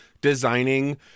designing